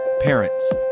Parents